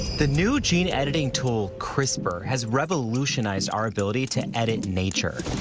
the new gene-editing tool crispr has revolutionized our ability to edit nature.